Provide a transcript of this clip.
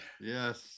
yes